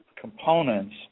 components